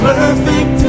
Perfect